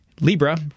Libra